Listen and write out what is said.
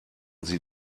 sie